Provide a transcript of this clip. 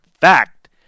fact